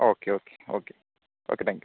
okay okay okay okay thank you